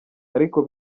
ariko